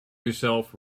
yourself